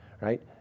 Right